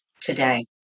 today